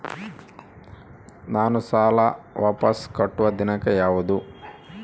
ನಾನು ಸಾಲ ವಾಪಸ್ ಕಟ್ಟುವ ದಿನಾಂಕ ಯಾವುದು?